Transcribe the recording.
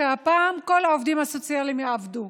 הפעם כל העובדים הסוציאליים יעבדו.